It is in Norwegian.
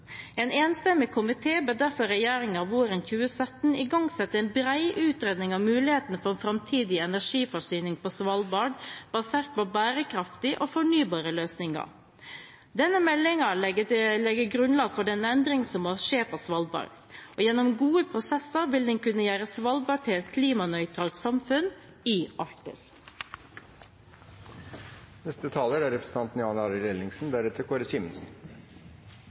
En enstemmig komité ber derfor regjeringen våren 2017 om å igangsette en bred utredning av mulighetene for framtidig energiforsyning på Svalbard basert på bærekraftige og fornybare løsninger. Denne meldingen legger grunnlag for den endring som må skje på Svalbard – og gjennom gode prosesser vil den kunne gjøre Svalbard til et klimanøytralt samfunn i Arktis.